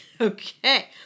Okay